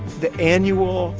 the annual